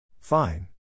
Fine